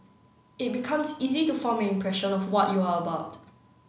it becomes easy to form an impression of what you are about